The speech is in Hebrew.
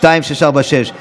התשפ"ג 2023,